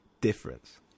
difference